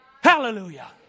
Hallelujah